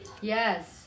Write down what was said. yes